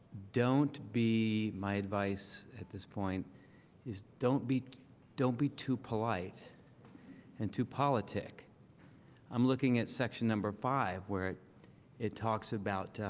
don't be my advice at this point is don't be don't be too polite and to politic i'm looking at section number five where it it talks about